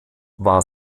war